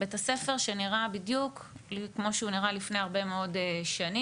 בית הספר נראה בדיוק כמו שהוא נראה לפני הרבה מאוד שנים,